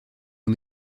aux